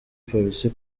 polisi